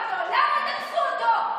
תגידי 20 פעם,